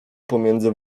pomiędzy